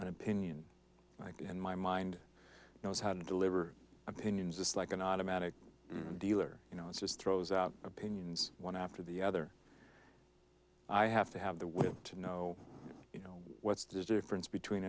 an opinion in my mind knows how to deliver opinions just like an automatic deal or you know it's just throws out opinions one after the other i have to have the will to know you know what's the difference between